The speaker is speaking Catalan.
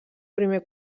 primer